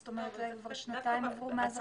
זאת אומרת כבר שנתיים עברו מאז החקיקה.